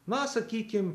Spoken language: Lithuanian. na sakykim